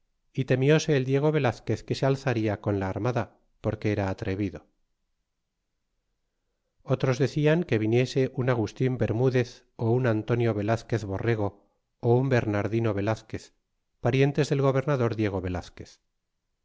y temióse el diego velazquez que se alzaria con la armada porque era atrevido otros decian que viniese un agustin vernmdez lo un antonio velazquez borrego un bernardino velazquez parientes del gobernador diego velazquez